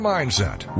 Mindset